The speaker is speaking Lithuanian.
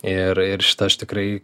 ir ir šitą aš tikrai